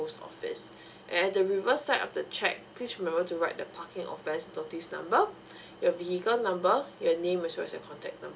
office and at the reverse side of the cheque please remember to write the parking offence notice number your vehicle number your name as well as your contact number